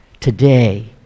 Today